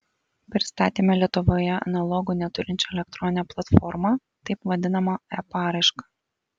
pristatėme lietuvoje analogų neturinčią elektroninę platformą taip vadinamą e paraišką